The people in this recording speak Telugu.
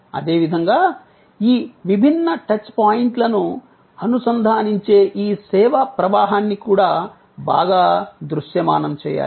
అదేవిధంగా ఈ విభిన్న టచ్ పాయింట్లను అనుసంధానించే ఈ సేవ ప్రవాహాన్ని కూడా బాగా దృశ్యమానం చేయాలి